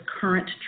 current